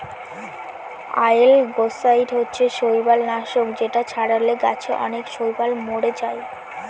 অয়েলগেসাইড হচ্ছে শৈবাল নাশক যেটা ছড়ালে গাছে অনেক শৈবাল মোরে যায়